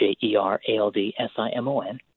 J-E-R-A-L-D-S-I-M-O-N